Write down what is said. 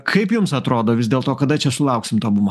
kaip jums atrodo vis dėl to kada čia sulauksim to bumo